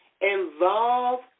Involve